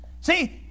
See